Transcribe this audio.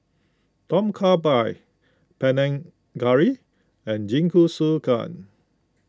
Tom Kha Gai Panang Curry and Jingisukan